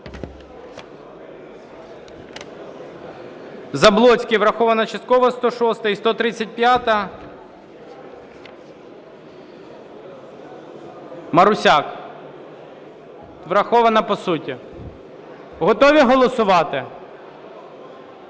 Заблоцький, врахована частково, 106-а. І 135-а, Марусяк. Врахована по суті. Готові голосувати? Готові голосувати?